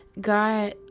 God